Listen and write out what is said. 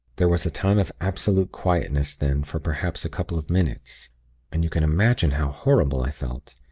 there was a time of absolute quietness then for perhaps a couple of minutes and you can imagine how horrible i felt.